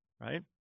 right